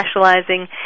specializing